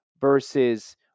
versus